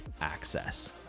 access